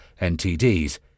NTDs